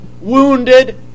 wounded